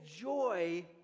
joy